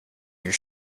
your